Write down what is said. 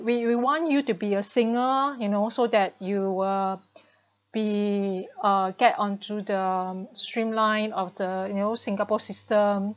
we we want you to be a singer you know so that you uh be uh get onto the streamline of the you know singapore system